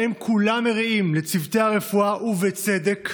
שבהם כולם מריעים לצוותי הרפואה, ובצדק,